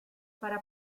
para